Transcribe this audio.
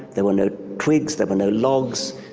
there were no twigs, there were no logs.